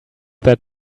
that